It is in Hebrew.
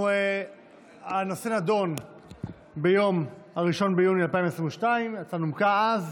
הנושא נדון ב-1 ביוני 2022. ההצעה נומקה אז.